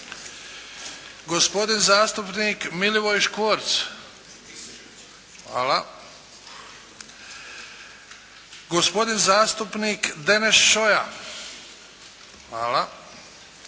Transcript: gospodin zastupnik Milivoj Škvorc – prisežem, gospodin zastupnik Deneš Šoja,